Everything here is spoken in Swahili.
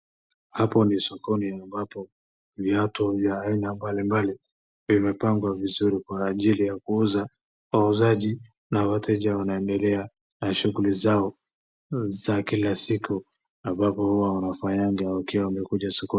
Hapo ni sokoni ambapo viatu vya aina mbalimbali zimepangwa vizuri kwa ajili ya kuuza. Wauuzaji na wateja wanaendelea na shughuli zao za kila siku ambapo huwa wanafanyanga wakiwa wamekuja sokoni.